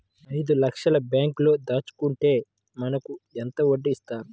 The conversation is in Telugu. ఐదు లక్షల బ్యాంక్లో దాచుకుంటే మనకు ఎంత వడ్డీ ఇస్తారు?